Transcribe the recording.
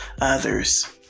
others